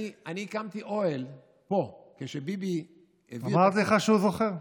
אני הקמתי פה אוהל כשביבי, אמרתי לך שהוא זוכר.